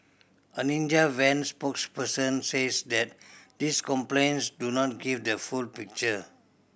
a Ninja Van spokesperson says that these complaints do not give the full picture